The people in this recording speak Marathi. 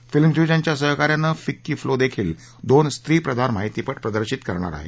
फिल्म्स डिव्हिजनच्या सहकार्यानं फिक्की फ्लोदेखिल दोन स्त्रीप्रधान माहितीपट प्रदर्शित करणार आहे